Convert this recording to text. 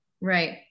Right